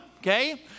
Okay